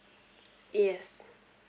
yes